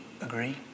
agree